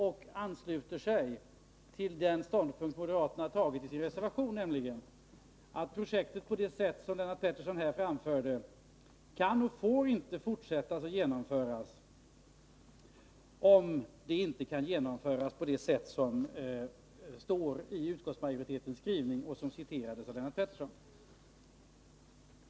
Då ansluter man till den ståndpunkt som moderaterna intagit i sin reservation, nämligen att projektet, såsom Lennart Pettersson här anförde, varken kan eller får fortsätta att genomföras, om det inte kan ske på sådant sätt som framgår av utskottsmajoritetens skrivning, som citerades av Lennart Pettersson.